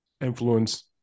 influence